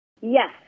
Yes